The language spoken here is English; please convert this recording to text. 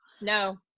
no